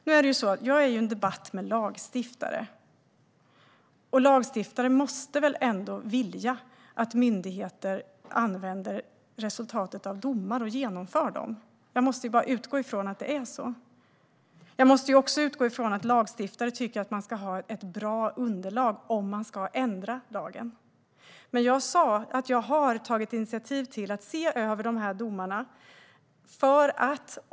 Nu är det ju så att jag är i debatt med lagstiftare, och lagstiftare måste väl ändå vilja att myndigheter använder resultatet av domar och genomför dem. Jag måste ju utgå från att det är så. Jag måste också utgå från att lagstiftare tycker att man ska ha ett bra underlag om man ska ändra lagen. Men jag sa att jag har tagit initiativ till att se över de här domarna.